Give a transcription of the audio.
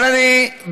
אבל אני,